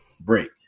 break